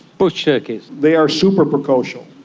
bush turkeys. they are super precocial.